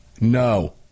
No